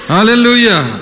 Hallelujah